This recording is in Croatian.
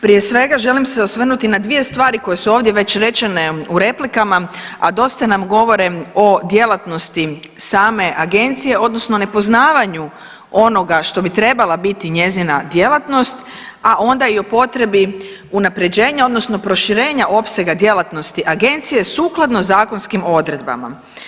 Prije svega želim se osvrnuti na dvije stvari koje su ovdje več rečene u replikama, a dosta nam govore o djelatnosti same agencije odnosno nepoznavanju onoga što bi trebala biti njezina djelatnost, a onda i o potrebi unapređenja odnosno proširenja opsega djelatnosti agencije sukladno zakonskim odredbama.